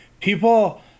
People